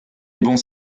bons